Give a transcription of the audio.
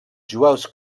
jueus